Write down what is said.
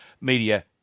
media